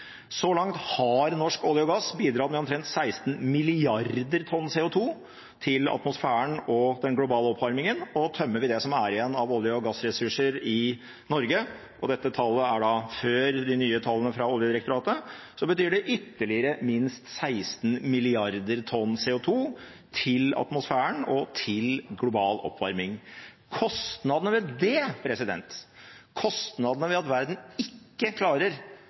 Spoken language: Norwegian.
Så langt har norsk olje og gass bidratt med omtrent 16 milliarder tonn CO 2 til atmosfæren og den globale oppvarmingen. Tømmer vi det som er igjen av olje- og gassressurser i Norge – dette tallet er fra før de nye tallene fra Oljedirektoratet kom – betyr det ytterligere minst 16 milliarder tonn CO 2 til atmosfæren og til global oppvarming. Kostnadene ved at verden ikke klarer